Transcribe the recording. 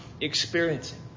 experiencing